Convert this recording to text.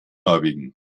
norwegen